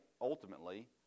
ultimately